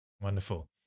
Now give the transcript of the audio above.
Wonderful